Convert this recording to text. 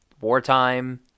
wartime